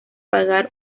pagar